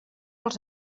els